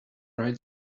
writes